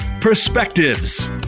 Perspectives